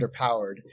underpowered